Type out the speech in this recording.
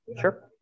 Sure